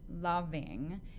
loving